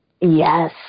Yes